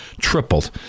tripled